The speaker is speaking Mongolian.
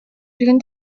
эргэн